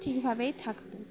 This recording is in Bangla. ঠিকভাবেই থাকতো